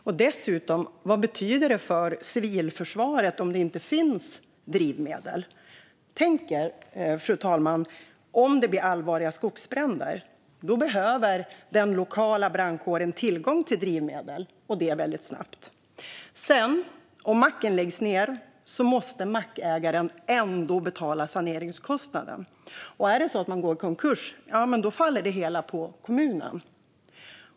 Och dessutom: Vad betyder det för civilförsvaret om det inte finns drivmedel? Tänk, fru talman, om det blir allvarliga skogsbränder. Då behöver den lokala brandkåren tillgång till drivmedel, och det väldigt snabbt. Om macken läggs ned måste mackägaren sedan ändå betala saneringskostnaden. Är det så att man går i konkurs faller det hela på kommunen.